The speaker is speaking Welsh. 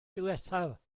diwethaf